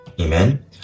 Amen